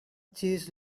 cheese